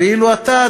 ואילו אתה,